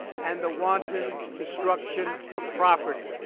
and the wanton destruction of property.